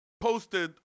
posted